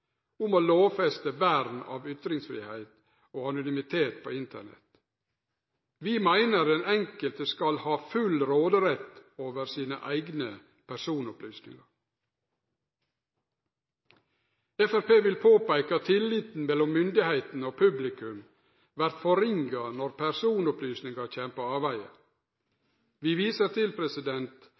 om å lovfeste vern av ytringsfridom og anonymitet på Internett. Vi meiner den enkelte skal ha full råderett over sine eigne personopplysningar. Framstegspartiet vil påpeike at tilliten mellom myndigheitene og publikum vert svekt når personopplysningar kjem på avvegar. Vi viser til